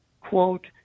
quote